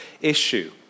issue